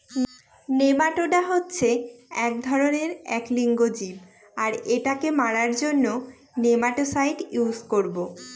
nematoda হচ্ছে এক ধরনের এক লিঙ্গ জীব আর এটাকে মারার জন্য নেমাটিসাইড ইউস করবো